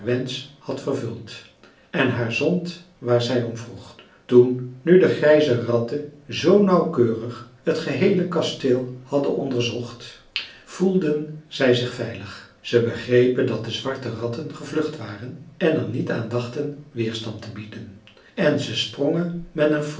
had vervuld en haar zond waar zij om vroeg toen nu de grijze ratten zoo nauwkeurig het geheele kasteel hadden onderzocht voelden zij zich veilig ze begrepen dat de zwarte ratten gevlucht waren en er niet aan dachten weerstand te bieden en ze sprongen met een